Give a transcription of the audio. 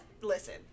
listen